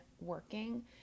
working